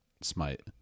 Smite